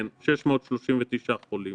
כן - 639 חולים.